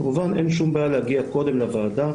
כמובן שאין שום בעיה להגיע קודם לוועדה,